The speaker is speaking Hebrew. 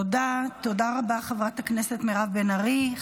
תודה, תודה רבה, חברת הכנסת מירב בן ארי.